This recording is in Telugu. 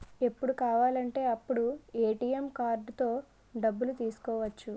ఎప్పుడు కావాలంటే అప్పుడు ఏ.టి.ఎం కార్డుతో డబ్బులు తీసుకోవచ్చు